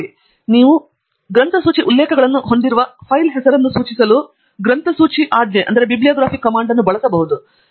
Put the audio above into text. ನೀವು ಗ್ರಂಥಸೂಚಿ ಉಲ್ಲೇಖಗಳನ್ನು ಹೊಂದಿರುವ ಫೈಲ್ ಹೆಸರನ್ನು ಸೂಚಿಸಲು ಗ್ರಂಥಸೂಚಿ ಆಜ್ಞೆಯನ್ನು ಬಳಸಬಹುದು